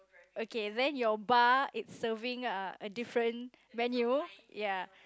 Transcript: okay then your bar is serving a a different menu ya